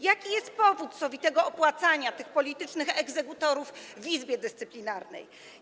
Jaki jest powód sowitego opłacania tych politycznych egzekutorów w Izbie Dyscyplinarnej?